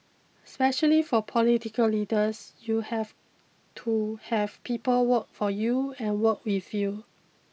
especially for political leaders you have to have people work for you and work with you